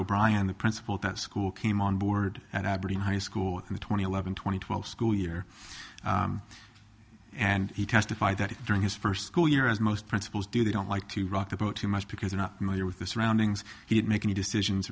the principal that school came on board at aberdeen high school in the twenty eleven twenty twelve school year and he testified that during his first school year as most principals do they don't like to rock the boat too much because not my with the surroundings he had making decisions